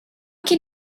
can